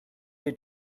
they